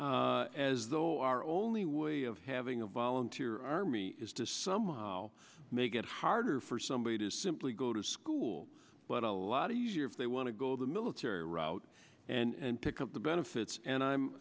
as though our only way of having a volunteer army is to somehow make it harder for somebody to simply go to school but a lot easier if they want to go the military route and pick up the benefits and i'm